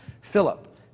Philip